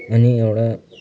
अनि एउटा